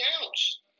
counts